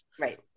Right